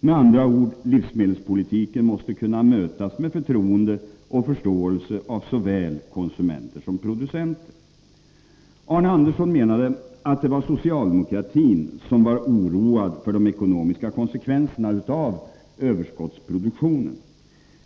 Med andra ord: Livsmedelspolitiken måste kunna mötas med förtroende och förståelse av såväl konsumenter som producenter. Arne Andersson menade att det bara var socialdemokratin som var oroad av de ekonomiska konsekvenserna av överskottsproduktionen.